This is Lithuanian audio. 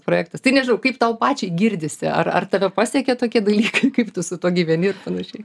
projektas tai nežinau kaip tau pačiai girdisi ar ar tave pasiekė tokie dalykai kaip tu su tuo gyveni ir panašiai